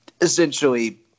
essentially